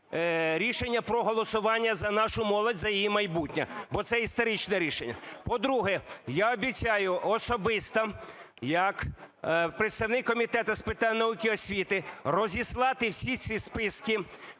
рішення про голосування за нашу молодь, за її майбутнє. Бо це історичне рішення. По-друге, я обіцяю особисто як представник Комітету з питань науки і освіти розіслати всі ці списки